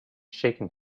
shaken